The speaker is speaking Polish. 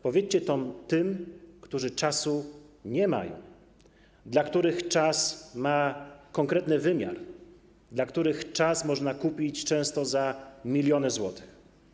Powiedzcie to tym, którzy czasu nie mają, dla których czas ma konkretny wymiar, dla których czas można kupić często za miliony złotych.